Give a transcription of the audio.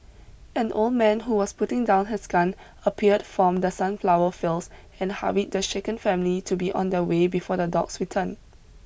an old man who was putting down his gun appeared from the sunflower fields and hurried the shaken family to be on their way before the dogs return